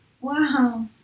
Wow